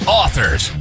authors